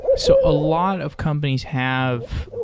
so a lot of companies have